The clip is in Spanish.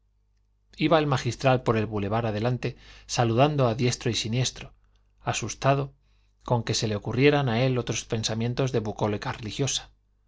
iba el magistral por el boulevard adelante saludando a diestro y siniestro asustado con que se le ocurrieran a él estos pensamientos de